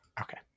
Okay